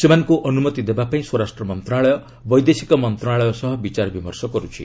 ସେମାନଙ୍କୁ ଅନୁମତି ଦେବା ପାଇଁ ସ୍ୱରାଷ୍ଟ୍ର ମନ୍ତ୍ରଣାଳୟ ବୈଦେଶିକ ମନ୍ତ୍ରଣାଳୟ ସହ ବିଚାର ବିମର୍ଶ କରୁଛି